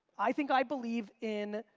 i think i believe in,